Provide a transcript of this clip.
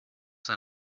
than